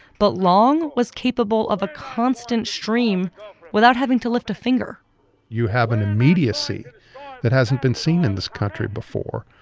but long was capable of a constant stream without having to lift a finger you have an immediacy that hasn't been seen in this country before.